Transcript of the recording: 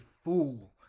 Fool